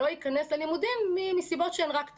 והוא לא ייכנס ללימודים מסיבות שהן רק טכניות.